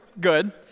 good